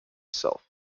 itself